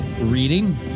reading